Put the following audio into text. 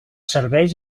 serveis